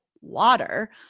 water